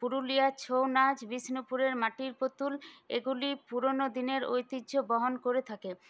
পুরুলিয়ার ছৌ নাচ বিষ্ণুপুরের মাটির পুতুল এগুলি পুরনো দিনের ঐতিহ্য বহন করে থাকে